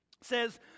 says